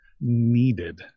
needed